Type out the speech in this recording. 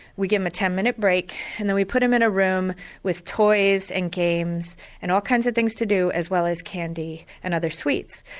we give them a ten minute break and then we put them in a room with toys and games and all kinds of things to do as well as candy and other sweets.